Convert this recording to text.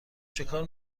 چکار